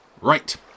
Right